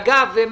אגב,